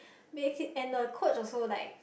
makes it and the coach also like